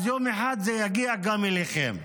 אז יום אחד זה יגיע גם אליכם.